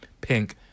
pink